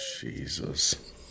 Jesus